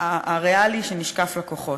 הריאלי שנשקף לכוחות.